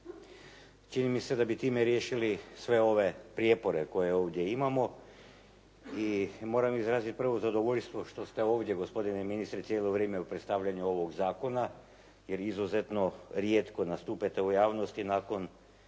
Čini mi se da bi time riješili sve ove prijepore koje ovdje imamo i moram izraziti prvo zadovoljstvo što ste ovdje gospodine ministre cijelo vrijeme u predstavljanju ovog zakona, jer izuzetno rijetko nastupate u javnosti. Nakon